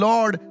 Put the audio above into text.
Lord